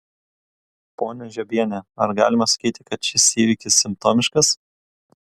ponia žiobiene ar galima sakyti kad šis įvykis simptomiškas